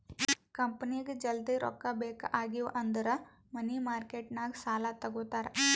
ಕಂಪನಿಗ್ ಜಲ್ದಿ ರೊಕ್ಕಾ ಬೇಕ್ ಆಗಿವ್ ಅಂದುರ್ ಮನಿ ಮಾರ್ಕೆಟ್ ನಾಗ್ ಸಾಲಾ ತಗೋತಾರ್